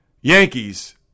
Yankees